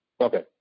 Okay